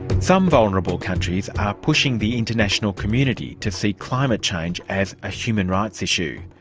some vulnerable countries are pushing the international community to see climate change as a human rights issue.